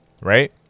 right